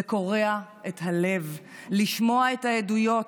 זה קורע את הלב לשמוע את העדויות,